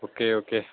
okay okay